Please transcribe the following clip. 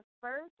first